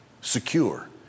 secure